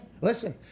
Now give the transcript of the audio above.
listen